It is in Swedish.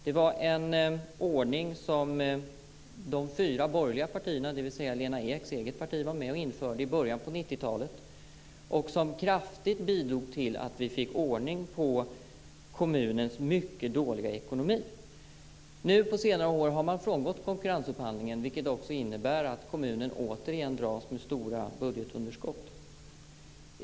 Det var en ordning som de fyra borgerliga partierna, dvs. även Lena Eks eget parti, införde i början av 90-talet och som kraftigt bidrog till att vi fick ordning på kommunens mycket dåliga ekonomi. Nu på senare år har man frångått konkurrensupphandlingen, vilket också innebär att kommunen återigen dras med stora budgetunderskott.